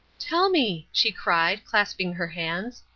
tell me, she cried, clasping her hands,